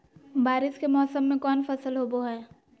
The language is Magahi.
बारिस के मौसम में कौन फसल होबो हाय?